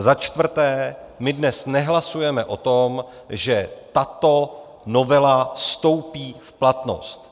Za čtvrté, my dnes nehlasujeme o tom, že tato novela vstoupí v platnost.